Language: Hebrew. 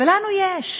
ולנו יש.